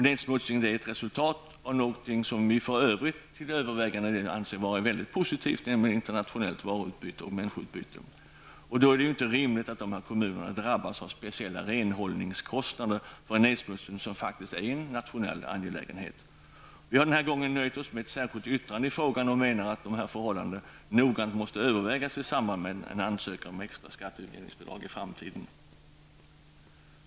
Nedsmutsningen är ett resultat av något som vi för övrigt till övervägande del anser vara väldigt positivt, nämligen internationellt varuutbyte och utbyte av mänskliga kontakter. Det är då inte rimligt att dessa kommuner drabbas av speciella renhållningskostnader för en nedsmutsning som faktiskt är en nationell angelägenhet. Vi har denna gång nöjt oss med ett särskilt yttrande i frågan och menar att dessa förhållanden noggrant måste övervägas i samband med en ansökan om extra skatteutjämningsbidrag i framtiden.